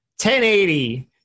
1080